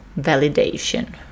validation